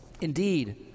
Indeed